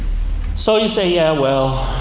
so you say, yeah, well,